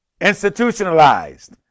institutionalized